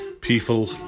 people